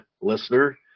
listener